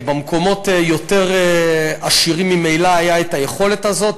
במקומות יותר עשירים ממילא הייתה היכולת הזאת,